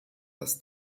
das